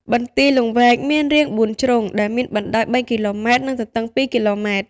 បន្ទាយលង្វែកមានរាងបួនជ្រុង ដែលមានបណ្ដោយ ៣ គីឡូម៉ែត្រ និងទទឹង ២ គីឡូម៉ែត្រ។